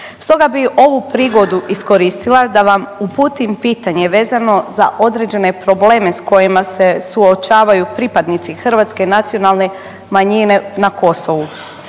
Stoga bi ovu prigodu iskoristila da vam uputim pitanje vezano za određene probleme sa kojima se suočavaju pripadnici hrvatske nacionalne manjine na Kosovu.